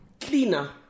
cleaner